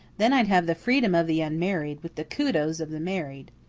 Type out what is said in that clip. then i'd have the freedom of the unmarried, with the kudos of the married.